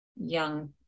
young